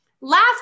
Last